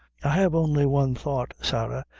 i have only one thought, sarah,